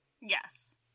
Yes